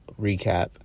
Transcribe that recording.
Recap